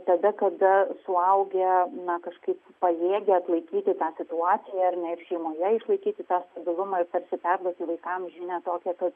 tada kada suaugę na kažkaip pajėgia atlaikyti tą situaciją ar ne ir šeimoje išlaikyti tą stabilumą tarsi perduoti vaikam žinią tokią kad